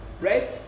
right